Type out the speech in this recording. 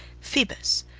phoebus,